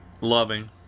loving